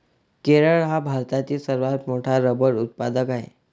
केरळ हा भारतातील सर्वात मोठा रबर उत्पादक आहे